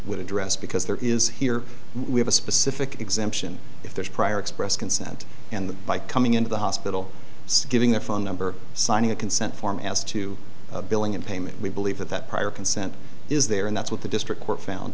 would address because there is here we have a specific exemption if there's prior express consent and that by coming into the hospital giving a phone number signing a consent form as to billing and payment we believe that that prior consent is there and that's what the district court found